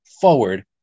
forward